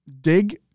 Dig